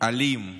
אלים,